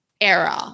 error